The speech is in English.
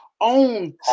own